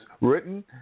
written